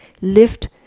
lift